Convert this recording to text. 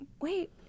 wait